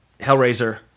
Hellraiser